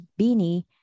Beanie